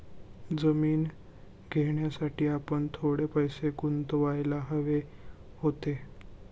जमीन घेण्यासाठी आपण थोडे पैसे गुंतवायला हवे होते